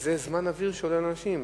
וזה זמן אוויר שעולה לאנשים.